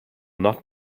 not